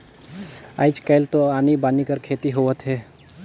आयज कायल तो आनी बानी कर खेती होवत हे